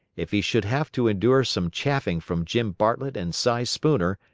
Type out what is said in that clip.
if he should have to endure some chaffing from jim bartlett and si spooner,